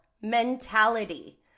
mentality